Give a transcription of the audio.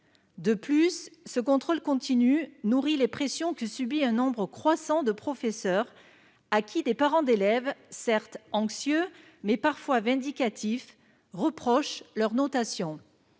De plus, le contrôle continu nourrit les pressions que subissent un nombre croissant de professeurs, à qui des parents d'élèves, certes anxieux, mais parfois vindicatifs, reprochent leur notation.